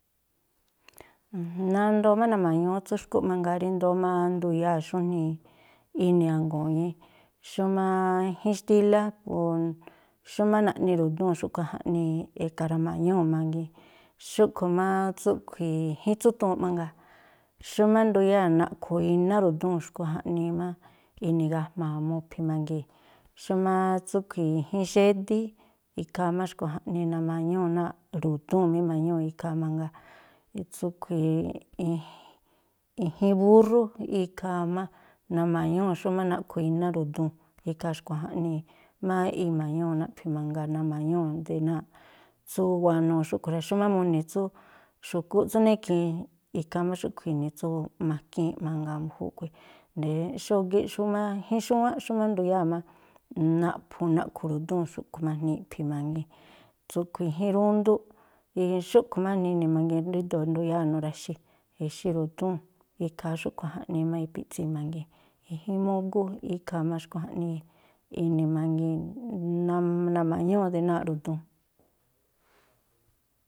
Nandoo má nama̱ñúú tsú xkúꞌ mangaa rí i̱ndóó má nduyáa̱ xújnii ini̱ a̱ngu̱ñí, xúmá ijín xtílá, po xúmá naꞌni ru̱dúu̱n xúꞌkhui̱ jaꞌnii e̱ka̱ rama̱ñúu̱ mangii̱n. Xúꞌkhui̱ má tsúꞌkhui̱ i̱jín tsútuunꞌ mangaa, xúmá nduyáa̱ naꞌkhu̱ iná ru̱dúu̱n, xkui̱ jaꞌnii má ini̱gajma̱a̱ mu̱phi̱ mangii̱n. Xúmá tsúꞌkhui̱ i̱jín xédí, ikhaa má xkui̱ jaꞌnii nama̱ñúu̱ náa̱ꞌ ru̱dúu̱n má ima̱ñúu̱ ikhaa mangaa. I tsúꞌkhui̱ i̱jín búrrú, ikhaa má nama̱ñúu̱ xúmá naꞌkhu̱ iná ru̱dúu̱n ikha xkui̱ jaꞌnii má ima̱ñúu̱ naꞌphi̱ mangaa, nama̱ñúu̱ de náa̱ tsú wanuu xúꞌkhui̱ rá. Xúmá muni̱ tsú xu̱kúꞌ tsú nekhi̱in, ikhaa má xúꞌkhui̱ ini̱ tsú makiinꞌ mangaa mbu̱júꞌkhui̱. xógíꞌ xúmá i̱jín xúwánꞌ xúmá nduyáa̱ má naꞌphu̱ naꞌkhu̱ ru̱dúu̱n xúꞌkhui̱ má jnii iꞌphi̱ mangii̱n. Tsúꞌkhui̱, i̱jín rúndúꞌ, xúꞌkhui̱ má jnii ini̱ mangii̱n, ríndo̱o nduyáa̱ nuraxi̱ exí ru̱dúu̱n, ikhaa xúꞌkhui̱ jaꞌnii má ipi̱ꞌtsi mangii̱n. I̱jín múgú, ikhaa má xkui̱ jaꞌnii ini̱ manguii̱n, nama̱ñúu̱ de náa̱ꞌ ru̱dúu̱n.